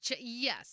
Yes